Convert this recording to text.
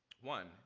one